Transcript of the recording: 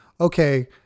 okay